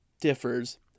differs